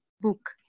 book